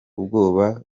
ubwoba